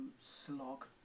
slog